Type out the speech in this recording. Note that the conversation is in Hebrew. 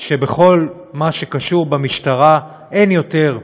שבכל מה שקשור במשטרה, אין יותר,